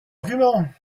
arguments